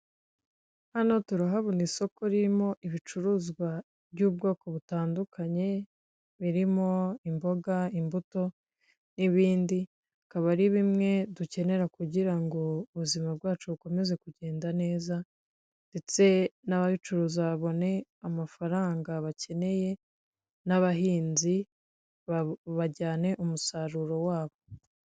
Hano turahabona isoko ririmo ibicuruzwa by'ubwoko butandukanye birimo imboga ,imbuto n'ibindi akaba ari bimwe dukenera kugira ngo ubuzima bwacu bukomeze kugenda neza, ndetse n'ababicuruza babone amafaranga bakeneye n'abahinzi bajyane umusaruro wabo.